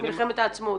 מלחמת העצמאות.